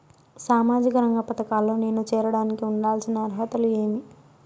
సామాజిక రంగ పథకాల్లో నేను చేరడానికి ఉండాల్సిన అర్హతలు ఏమి?